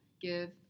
give